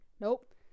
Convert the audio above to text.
nope